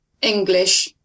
English